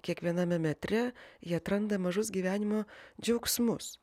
kiekviename metre ji atranda mažus gyvenimo džiaugsmus